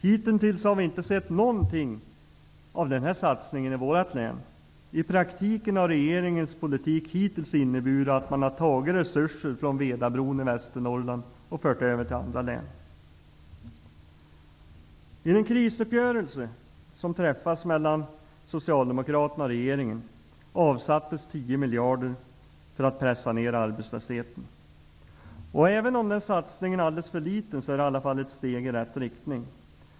Hitintills har vi inte sett någonting av den satsningen i vårt län. I praktiken har regeringens politik hittills inneburit att resurser har tagits från Vedabron i Västernorrland och förts över till andra län. miljarder för att pressa ned arbetslösheten. Även om den satsningen är alldeles för liten så är det i alla fall ett steg i rätt riktning.